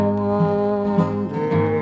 wonder